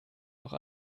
auch